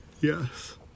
Yes